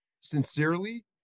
sincerely